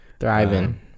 Thriving